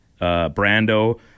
Brando